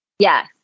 Yes